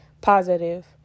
positive